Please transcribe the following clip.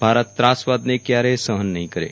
ભારત ત્રાસવાદને કયારેય સહન નહીં કરે